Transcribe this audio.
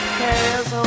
cares